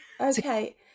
Okay